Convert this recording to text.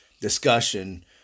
discussion